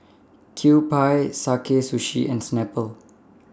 Kewpie Sakae Sushi and Snapple